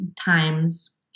times